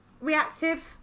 Reactive